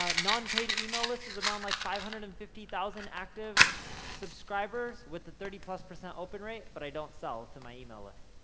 ah non-paid email list is around like five hundred and fifty thousand active subscribers with the thirty plus open rate, but i don't sell to my email list,